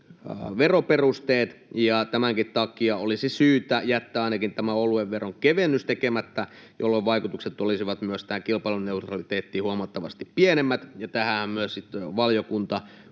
veroperusteet. Tämänkin takia olisi syytä jättää ainakin tämä oluen veronkevennys tekemättä, jolloin vaikutukset myös tähän kilpailuneutraliteettiin olisivat huomattavasti pienemmät. Tähän myös valiokunta